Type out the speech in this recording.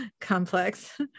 complex